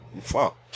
fuck